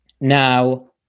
Now